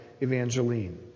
Evangeline